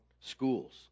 schools